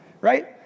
right